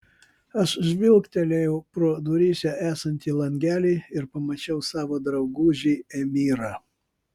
aš žvilgtelėjau pro duryse esantį langelį ir pamačiau savo draugužį emyrą